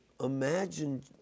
imagine